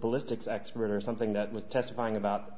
ballistics expert or something that was testifying about